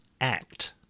act